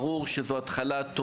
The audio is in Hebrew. ברור שזו רק ההתחלה,